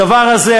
הדבר הזה,